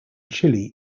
chile